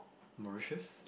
Mauritius